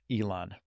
Elon